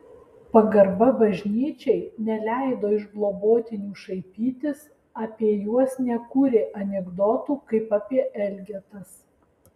pagarba bažnyčiai neleido iš globotinių šaipytis apie juos nekūrė anekdotų kaip apie elgetas